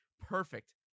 perfect